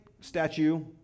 statue